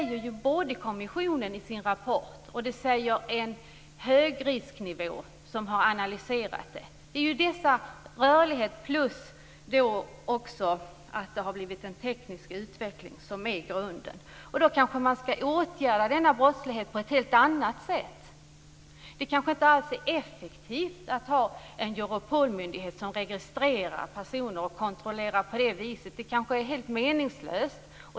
Det sägs både i kommissionens rapport och i en gjord högrisknivåanalys att det är denna fria rörlighet och den tekniska utvecklingen som är grunden för detta. Denna brottslighet kanske skall åtgärdas på annat sätt. Det är kanske inte alls effektivt att ha en Europolmyndighet som registrerar personer och gör sådana kontroller. Det är kanske helt meningslöst.